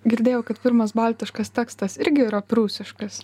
girdėjau kad pirmas baltiškas tekstas irgi yra prūsiškas